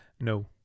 No